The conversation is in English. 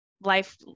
Life